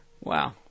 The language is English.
Wow